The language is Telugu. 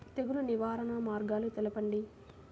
తెగులు నివారణ మార్గాలు తెలపండి?